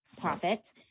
profit